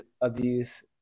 abuse